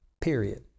period